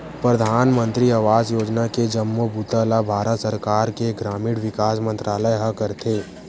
परधानमंतरी आवास योजना के जम्मो बूता ल भारत सरकार के ग्रामीण विकास मंतरालय ह करथे